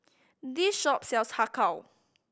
this shop sells Har Kow